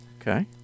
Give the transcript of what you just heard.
Okay